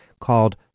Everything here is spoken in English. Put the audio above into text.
called